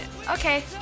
Okay